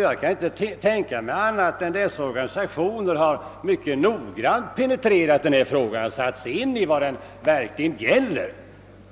Jag kan inte tänka mig annat än att dessa instanser mycket noggrant har penetrerat denna fråga och satt sig in i vad det verkligen gäller.